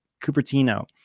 Cupertino